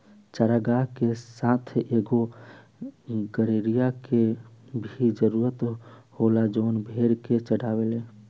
चारागाह के साथ एगो गड़ेड़िया के भी जरूरत होला जवन भेड़ के चढ़ावे